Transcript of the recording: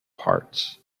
parts